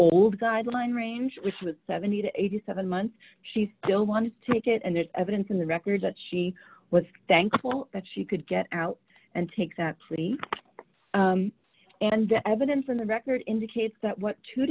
all guideline range which was seventy to eighty seven months she still wanted to take it and there's evidence in the record that she was thankful that she could get out and take that pretty and the evidence on the record indicates that